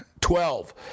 Twelve